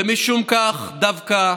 ומשום כך דווקא,